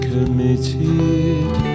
Committed